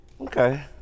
Okay